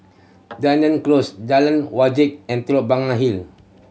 Dunearn Close Jalan Wajek and Telok Blangah Hill